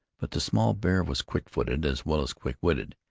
but the small bear was quick-footed as well as quick-witted,